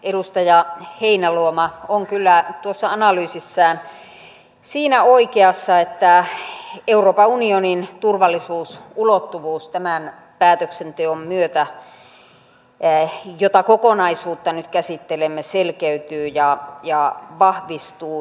edustaja heinäluoma on kyllä tuossa analyysissään siinä oikeassa että euroopan unionin turvallisuusulottuvuus tämän päätöksenteon myötä jota kokonaisuutta nyt käsittelemme selkeytyy ja vahvistuu